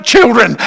children